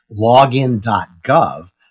login.gov